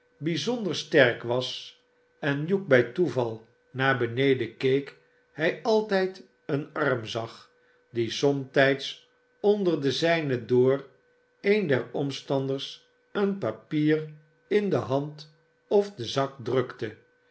bijzonder sterk was en hugh bij toeval naar beneden keek hij altijd een armzag die somtijds onder den zijnen door een der omstanders een papier in de hand of den zak drukte